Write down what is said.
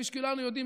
כפי שכולנו יודעים,